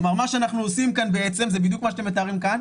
כלומר מה שאנחנו עושים כאן בעצם זה בדיוק מה שאתם מתארים כאן,